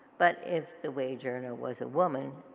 but if the wage earner was a woman,